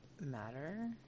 matter